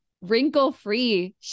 wrinkle-free